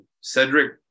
Cedric